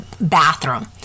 bathroom